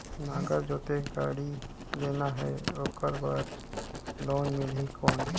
नागर जोते गाड़ी लेना हे ओकर बार लोन मिलही कौन?